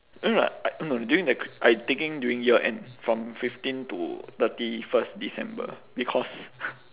no no I no no during the I taking during year end from fifteen to thirty first december because